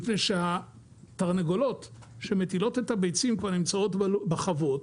מפני שהתרנגולות שמטילות את הביצים כבר נמצאות בחוות,